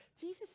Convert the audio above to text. Jesus